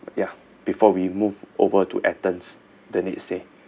ya before we move over to athens the next day